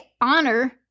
honor